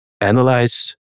analyze